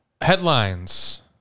Headlines